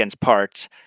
parts